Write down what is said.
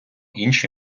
інші